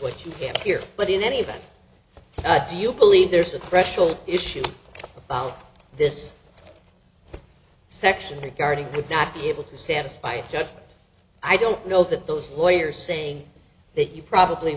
what you get here but in any event do you believe there's a threshold issue about this section picardy would not be able to satisfy just i don't know that those lawyers saying that you probably